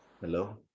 Hello